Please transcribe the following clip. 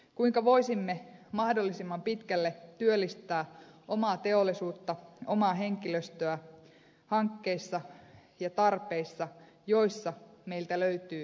kuinka voisimme mahdollisimman pitkälle työllistää omaa teollisuuttamme omaa henkilöstöämme hankkeissa ja tarpeissa joissa meiltä löytyy erityisosaamista